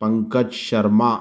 Pankaj Sharma